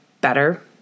better